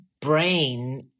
brain